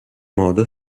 modo